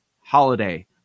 Holiday